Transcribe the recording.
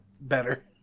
better